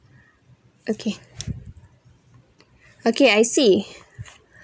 okay okay I see